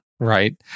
Right